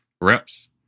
reps